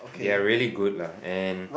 they're really good lah and